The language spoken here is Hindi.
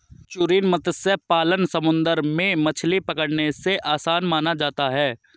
एस्चुरिन मत्स्य पालन समुंदर में मछली पकड़ने से आसान माना जाता है